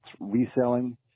reselling